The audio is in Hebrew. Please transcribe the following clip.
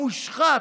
המושחת.